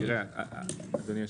אדוני היושב-ראש,